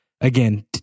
again